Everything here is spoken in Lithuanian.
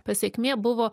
pasekmė buvo